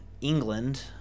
England